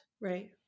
Right